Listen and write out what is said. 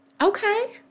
Okay